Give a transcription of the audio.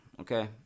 okay